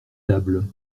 tables